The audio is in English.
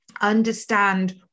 understand